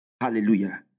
hallelujah